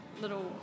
little